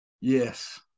Yes